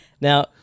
now